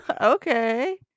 Okay